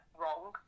wrong